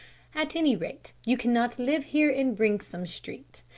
at any rate, you cannot live here in brinksome street,